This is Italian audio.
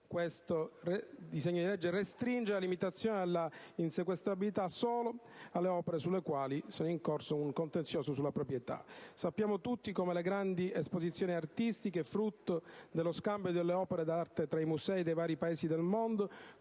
il disegno di legge restringe la limitazione alla insequestrabilità solo alle opere sulle quali sia in corso un contenzioso sulla proprietà. Sappiamo tutti come le grandi esposizioni artistiche, frutto dello scambio delle opere d'arte tra i musei dei vari Paesi del mondo,